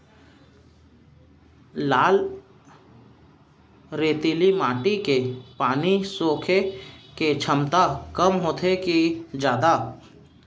लाल रेतीली माटी के पानी सोखे के क्षमता कम होथे की जादा?